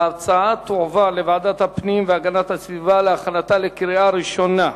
ההצעה תועבר לוועדת הפנים והגנת הסביבה להכנתה לקריאה ראשונה.